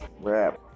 rap